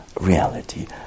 reality